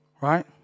Right